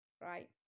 right